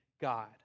God